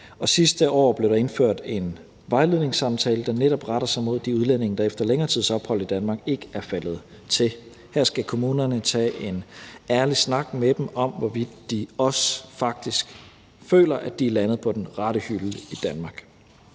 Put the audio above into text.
Sidste år blev der indført en vejledningssamtale, der netop retter sig mod de udlændinge, der efter længere tids ophold i Danmark ikke er faldet til. Her skal kommunerne tage en ærlig snak med dem om, hvorvidt de også faktisk føler, at de er landet på den rette hylde i Danmark.